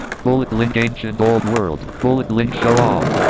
bullet link. ancient old world. bullet link. show all.